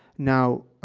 now,